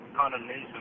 condemnation